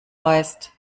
weißt